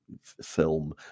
film